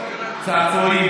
צעצועים,